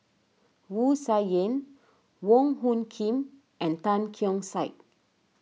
Wu Tsai Yen Wong Hung Khim and Tan Keong Saik